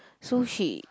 so she